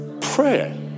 prayer